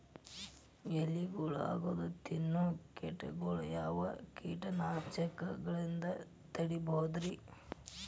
ಎಲಿಗೊಳ್ನ ಅಗದು ತಿನ್ನೋ ಕೇಟಗೊಳ್ನ ಯಾವ ಕೇಟನಾಶಕದಿಂದ ತಡಿಬೋದ್ ರಿ?